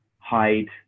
hide